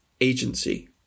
agency